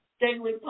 daily